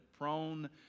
Prone